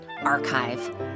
archive